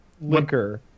liquor